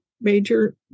major